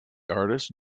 artist